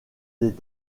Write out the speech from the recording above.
des